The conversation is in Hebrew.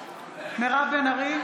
מירב בן ארי,